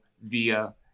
via